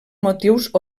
motius